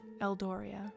Eldoria